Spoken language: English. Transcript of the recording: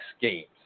games